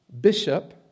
Bishop